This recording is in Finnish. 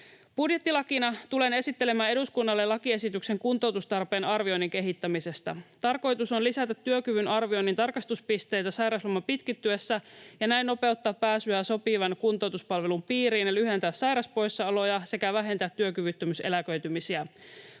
Budjettilakina tulen esittelemään eduskunnalle lakiesityksen kuntoutustarpeen arvioinnin kehittämisestä. Tarkoitus on lisätä työkyvyn arvioinnin tarkastuspisteitä sairausloman pitkittyessä ja näin nopeuttaa pääsyä sopivan kuntoutuspalvelun piiriin ja lyhentää sairauspoissaoloja sekä vähentää työkyvyttömyyseläköitymisiä.